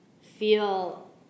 feel